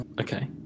Okay